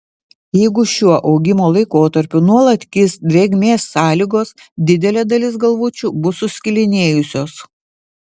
jeigu šiuo augimo laikotarpiu nuolat kis drėgmės sąlygos didelė dalis galvučių bus suskilinėjusios